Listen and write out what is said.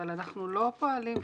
אבל אנחנו לא פועלים,